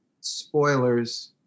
spoilers